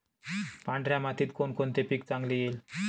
पांढऱ्या मातीत कोणकोणते पीक चांगले येईल?